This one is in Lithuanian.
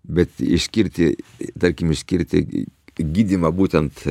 bet išskirti tarkim išskirti gydymą būtent